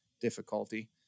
difficulty